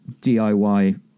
DIY